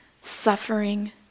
suffering